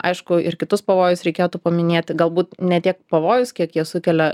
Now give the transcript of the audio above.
aišku ir kitus pavojus reikėtų paminėti galbūt ne tiek pavojus kiek jie sukelia